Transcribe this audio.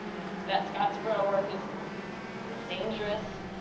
that scottsboro work is dangerous.